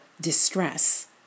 distress